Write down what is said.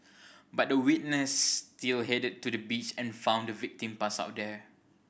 but the witness still headed to the beach and found the victim passed out there